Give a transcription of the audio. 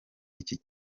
iki